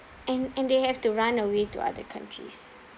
and and they have to run away to other countries